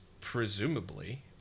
presumably